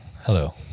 Hello